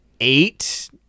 eight